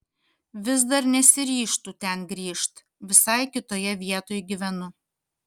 vis dar nesiryžtu ten grįžt visai kitoje vietoj gyvenu